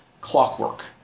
clockwork